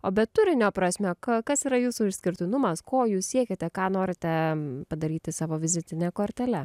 o bet turinio prasme ką kas yra jūsų išskirtinumas ko jūs siekiate ką norite padaryti savo vizitine kortele